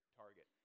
target